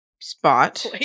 spot